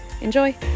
Enjoy